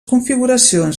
configuracions